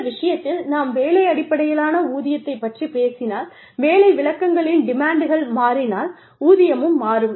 இந்த விஷயத்தில் நாம் வேலை அடிப்படையிலான ஊதியத்தைப் பற்றிப் பேசினால் வேலை விளக்கங்களின் டிமாண்டுகள் மாறினால் ஊதியமும் மாறும்